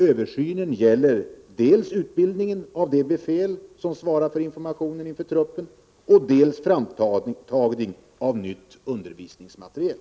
Översynen gäller dels utbildningen av de befäl som svarar för informationen inför truppen, dels framtagning av ny undervisningsmateriel.